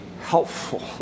helpful